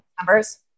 numbers